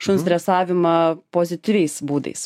šuns dresavimą pozityviais būdais